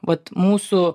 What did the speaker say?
vat mūsų